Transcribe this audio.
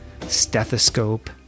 stethoscope